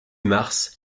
mars